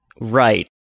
Right